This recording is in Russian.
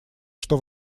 что